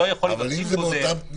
לא יכול להיות מפגין בודד,